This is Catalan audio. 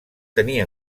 tenir